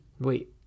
wait